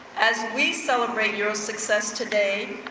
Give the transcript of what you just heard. as we celebrate your success today,